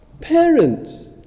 parents